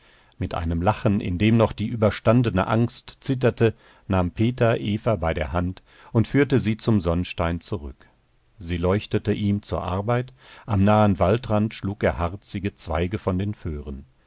mit einem lachen in dem noch die überstandene angst zitterte nahm peter eva bei der hand und führte sie zum sonnstein zurück sie leuchtete ihm zur arbeit am nahen waldrand schlug er harzige zweige von den föhren